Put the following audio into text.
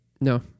No